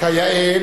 כיאה,